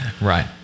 right